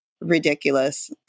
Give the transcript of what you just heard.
ridiculous